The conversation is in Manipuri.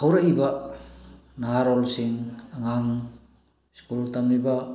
ꯍꯧꯔꯛꯏꯕ ꯅꯍꯥꯔꯣꯜꯁꯤꯡ ꯑꯉꯥꯡ ꯁ꯭ꯀꯨꯜ ꯇꯝꯃꯤꯕ